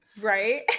Right